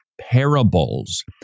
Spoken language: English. parables